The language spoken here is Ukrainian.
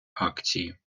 акції